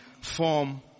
form